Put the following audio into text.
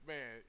Man